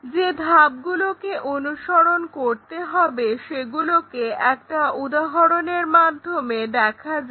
যে ধাপগুলোকে অনুসরণ করতে হবে সেগুলোকে একটা উদাহরণের মাধ্যমে দেখা যাক